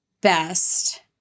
best